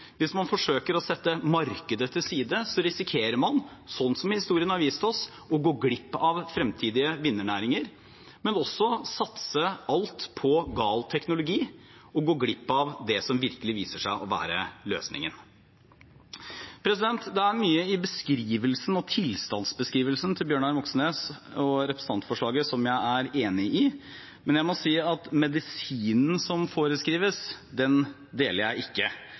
hvis man forsøker å sette markedet til side, risikerer man, sånn som historien har vist oss, å gå glipp av framtidige vinnernæringer, men også å satse alt på gal teknologi og gå glipp av det som virkelig viser seg å være løsningen. Det er mye i beskrivelsen og tilstandsbeskrivelsen til Bjørnar Moxnes og representantforslaget som jeg er enig i, men ikke når det gjelder medisinen som foreskrives, selv om jeg